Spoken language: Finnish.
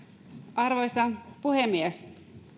arvoisa puhemies